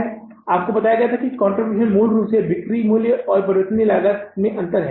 मैंने आपको बताया कि कंट्रीब्यूशन मूल रूप से बिक्री मूल्य और परिवर्तनीय लागत में अंतर है